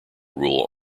rule